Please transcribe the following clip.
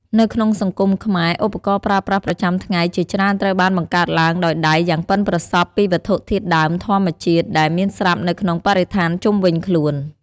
នៅក្នុងសង្គមខ្មែរ ឧបករណ៍ប្រើប្រាស់ប្រចាំថ្ងៃជាច្រើនត្រូវបានបង្កើតឡើងដោយដៃយ៉ាងប៉ិនប្រសប់ពីវត្ថុធាតុដើមធម្មជាតិ ដែលមានស្រាប់នៅក្នុងបរិស្ថានជុំវិញខ្លួន។